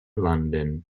london